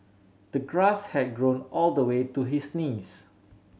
the grass had grown all the way to his knees